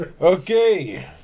Okay